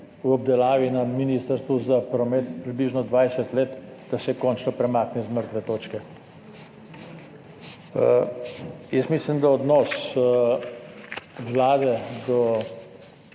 v obdelavi na ministrstvu za promet že približno 20 let, končno premakne z mrtve točke. Mislim, da odnos Vlade do